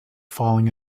falling